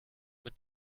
mit